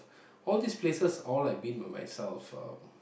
all these places all I've been by myself uh